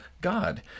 God